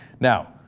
now